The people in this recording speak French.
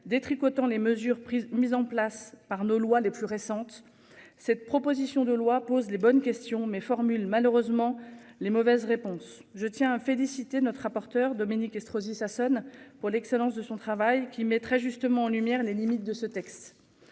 détricotant les mesures prises mises en place par nos lois les plus récentes. Cette proposition de loi pose les bonnes questions mais formule malheureusement les mauvaises réponses, je tiens à féliciter notre rapporteur Dominique Estrosi Sassone pour l'excellence de son travail qui mettrait justement en lumière les limites de ce texte.